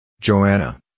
Joanna